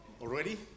already